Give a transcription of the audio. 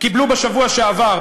קיבלו בשבוע שעבר,